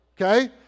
okay